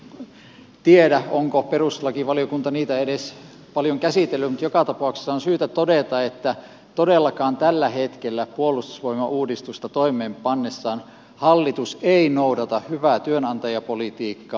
en nyt tiedä onko perustuslakivaliokunta niitä edes paljon käsitellyt mutta joka tapauksessa on syytä todeta että todellakaan tällä hetkellä puolustusvoimauudistusta toimeenpannessaan hallitus ei noudata hyvää työnantajapolitiikkaa